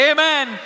Amen